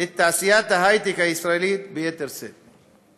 את תעשיית ההייטק הישראלית ביתר שאת.